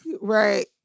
Right